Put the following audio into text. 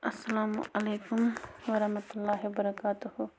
اَسلامُ علیکُم وَرحمتُہ اللہ وَبَرکاتُہ